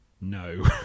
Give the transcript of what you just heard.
no